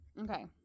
Okay